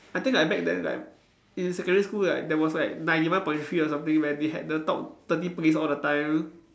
I think like back then like in secondary school like there was like ninety one point three or something where they had the top thirty hits all the time